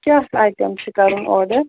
کیٛاہ چھُ آیٹَم چھِ کَرُن آرڈَر